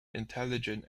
intelligent